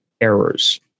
errors